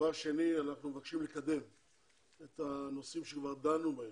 אנחנו מבקשים לקדם את הנושאים שכבר דנו בהם,